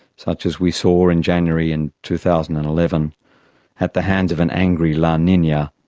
such as we saw in january and two thousand and eleven at the hands of an angry la nina,